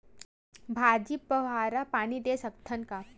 भाजी फवारा पानी दे सकथन का?